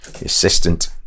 assistant